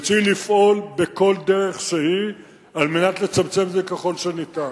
וצריך לפעול בכל דרך שהיא על מנת לצמצם את זה ככל שניתן.